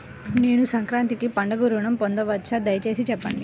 నేను సంక్రాంతికి పండుగ ఋణం పొందవచ్చా? దయచేసి చెప్పండి?